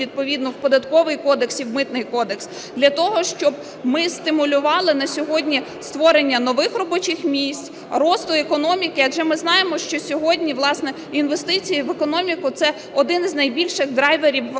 відповідно в Податковий кодекс і в Митний кодекс для того, щоб ми стимулювали на сьогодні створення нових робочих місць, росту економіки, адже ми знаємо, що сьогодні, власне, інвестиції в економіку – це один із найбільших драйверів зростання